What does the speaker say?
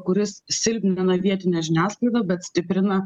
kuris silpnina vietinę žiniasklaidą bet stiprina